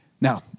Now